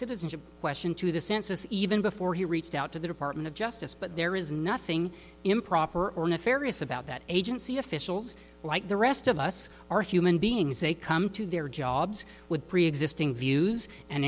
citizenship question to the census even before he reached out to the department of justice but there is nothing improper or nefarious about that agency officials like the rest of us are human beings they come to their jobs with preexisting views and